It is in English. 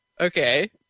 Okay